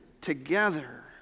together